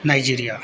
Nigeria